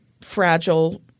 fragile